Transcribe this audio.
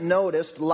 noticed